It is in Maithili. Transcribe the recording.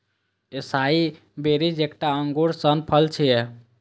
एसाई बेरीज एकटा अंगूर सन फल छियै